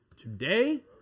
today